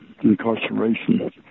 incarceration